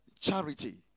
charity